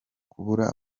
kubura